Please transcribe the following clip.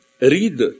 read